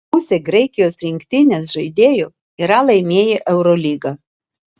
pusė graikijos rinktinės žaidėjų yra laimėję eurolygą